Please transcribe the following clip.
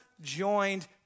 Joined